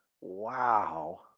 Wow